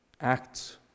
acts